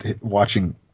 watching